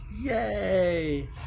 yay